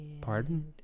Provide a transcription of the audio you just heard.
Pardon